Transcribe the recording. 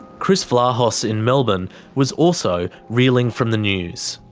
chris vlahos in melbourne was also reeling from the news.